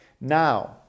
Now